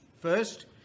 First